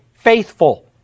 faithful